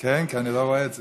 כן, כי אני לא רואה את זה.